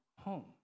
home